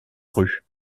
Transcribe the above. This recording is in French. rue